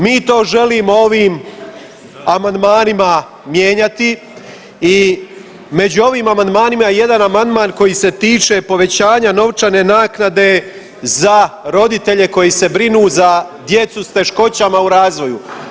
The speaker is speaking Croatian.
Mi to želimo ovim amandmanima mijenjati i među ovim amandmanima je jedan amandman koji se tiče povećanja novčane naknade za roditelje koji se brinu za djecu s teškoćama u razvoju.